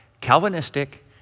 Calvinistic